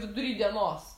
vidury dienos